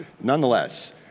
Nonetheless